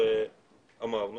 אמרנו